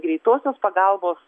greitosios pagalbos